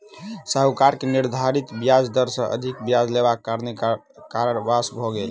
साहूकार के निर्धारित ब्याज दर सॅ अधिक ब्याज लेबाक कारणेँ कारावास भ गेल